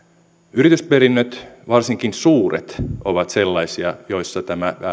yritysperinnöt varsinkin suuret ovat sellaisia joissa tämä